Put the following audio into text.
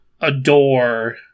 adore